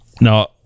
Now